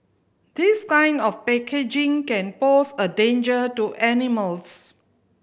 this kind of packaging can pose a danger to animals